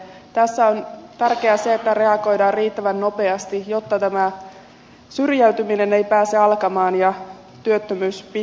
tässä on tärkeää se että reagoidaan riittävän nopeasti jotta syrjäytyminen ei pääse alkamaan ja työttömyys pitkittymään